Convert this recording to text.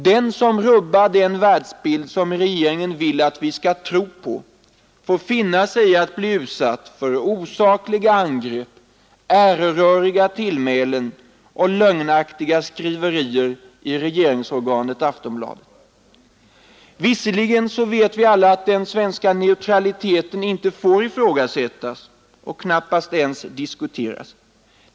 Den som rubbar den världsbild som regeringen vill att vi skall tro på får finna sig i att bli utsatt för osakliga angrepp, äreröriga tillmälen och lögnaktiga skriverier i regeringsorganet Aftonbladet. Visserligen vet vi alla att den svenska neutraliteten inte får ifrågasättas och knappast ens diskuteras.